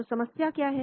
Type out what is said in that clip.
तो समस्या क्या है